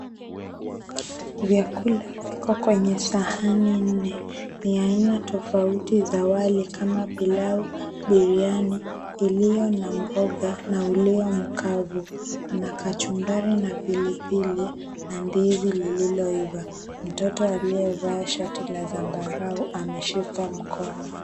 Vyakula, viko kwenye sahani nne. Ni ya aina tofauti za wali kama pilau, biriani ulio na mboga na ulio mkavu, kuna kachumbari na pilipili na ndizi lililoiva. Mtoto aliyevaa shati la zambarau, ameshikwa mkono.